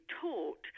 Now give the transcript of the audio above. taught